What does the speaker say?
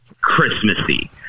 Christmassy